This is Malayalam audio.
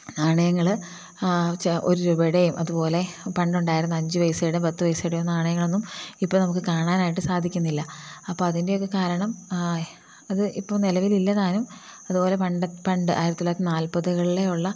നാണയങ്ങൾ ഒരു രൂപയുടെയും അത് പോലെ പണ്ട് ഉണ്ടായിരുന്ന അഞ്ച് പൈസയുടേയും പത്ത് പൈസയുടേയും നാണയങ്ങളൊന്നും ഇപ്പം നമുക്ക് കാണാനായിട്ട് സാധിക്കുന്നില്ല അപ്പം അതിൻ്റെ ഒക്കെ കാരണം അത് ഇപ്പം നിലവിൽ ഇല്ല താനും അതു പോലെ പണ്ട് ആയിരത്തി തൊള്ളായിരത്തി നാൽപ്പതുകളിൽ ഉള്ള